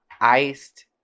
iced